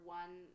one